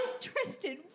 Tristan